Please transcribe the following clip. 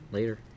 Later